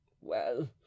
Well